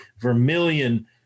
Vermilion